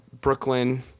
Brooklyn